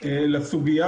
בסוגיה